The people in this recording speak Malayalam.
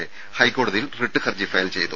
എ ഹൈക്കോടതിയിൽ റിട്ട് ഹർജി ഫയൽ ചെയ്തു